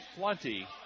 plenty